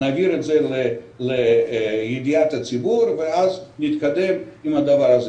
נביא את זה לידיעת הציבור ונתקדם עם זה.